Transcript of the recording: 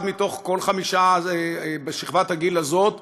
אחד מתוך כל חמישה בשכבת הגיל הזאת,